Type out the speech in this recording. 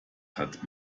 hat